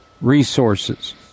resources